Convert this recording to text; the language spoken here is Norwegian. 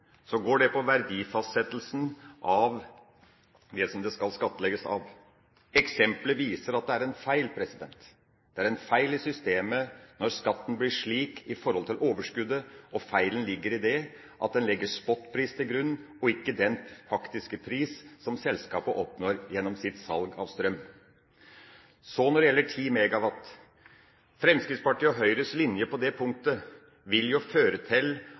går det på verdifastsettelsen av det som det skal skattlegges av. Eksempelet viser at det er en feil. Det er en feil i systemet når skatten blir slik i forhold til overskuddet, og feilen ligger i det at en legger spotpris til grunn og ikke den faktiske pris som selskapet oppnår gjennom sitt salg av strøm. Når det gjelder 10 MW, vil jo Fremskrittspartiet og Høyres linje på det punktet føre til at en deler ut skattelette også til